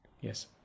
Yes